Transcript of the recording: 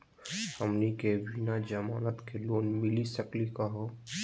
हमनी के बिना जमानत के लोन मिली सकली क हो?